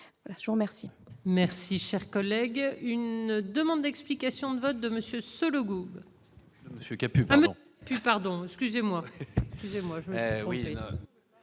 je vous remercie.